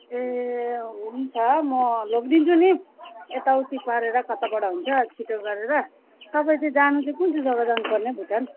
ए हुन्छ म लगिदिन्छु नि यताउती पारेर कताबाट हुन्छ छिटो गरेर तपाईँ चाहिँ जानु चाहिँ कुन चाहिँ जगा जानुपर्ने भुटान